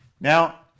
Now